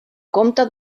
comte